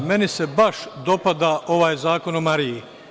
Meni se baš dopada ovaj zakon o Mariji.